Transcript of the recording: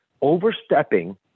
overstepping